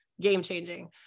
game-changing